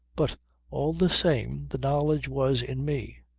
but all the same the knowledge was in me,